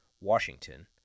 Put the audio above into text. Washington